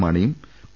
മാ ണിയും പി